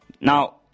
Now